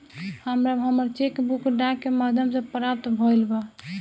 हमरा हमर check book डाक के माध्यम से प्राप्त भईल बा